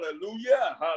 hallelujah